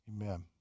Amen